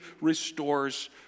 restores